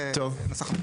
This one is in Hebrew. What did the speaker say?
זה נוסח מקובל.